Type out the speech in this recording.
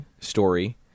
story